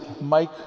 mike